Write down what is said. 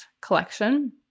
collection